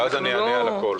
ואז אענה על הכול.